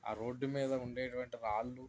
ఆ రోడ్డు మీద ఉండే అటువంటి రాళ్ళు